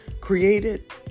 created